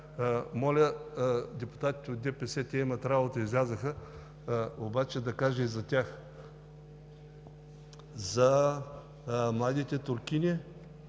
мога, депутатите от ДПС имат работа и излязоха, обаче да кажа и за тях – за младите туркини,